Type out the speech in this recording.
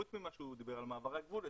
חוץ ממה שהוא דיבר על מעברי הגבול,